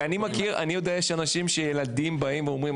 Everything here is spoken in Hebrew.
ואני יודע שאנשים שילדים באים ואומרים,